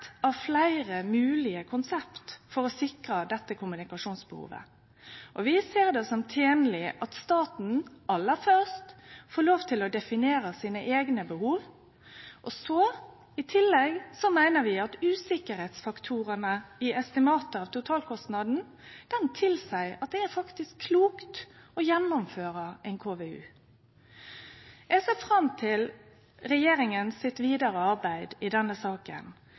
av fleire moglege konsept for å sikre dette kommunikasjonsbehovet. Vi ser det som tenleg at staten aller først får lov til å definere sine eigne behov. I tillegg meiner vi at usikkerheitsfaktorane i estimatet av totalkostnaden tilseier at det er klokt å gjennomføre ein KVU. Eg ser fram til det vidare arbeidet til regjeringa i denne saka,